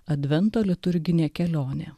advento liturginė kelionė